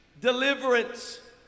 deliverance